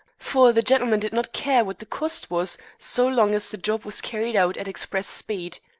for the gentleman did not care what the cost was so long as the job was carried out at express speed.